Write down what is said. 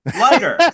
Lighter